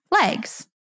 legs